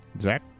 Zach